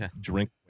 drink